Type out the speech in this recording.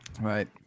Right